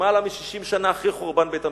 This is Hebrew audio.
למעלה מ-60 שנה אחרי חורבן בית-המקדש,